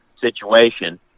situation